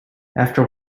after